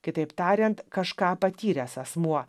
kitaip tariant kažką patyręs asmuo